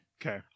Okay